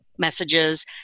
messages